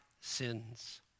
sins